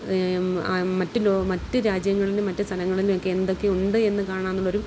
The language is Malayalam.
മറ്റു മറ്റു രാജ്യങ്ങളിലും മറ്റു സ്ഥലങ്ങളിലുമൊക്കെ എന്തൊക്കെ ഉണ്ട് എന്ന് കാണാമെന്നുള്ളൊരു